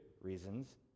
reasons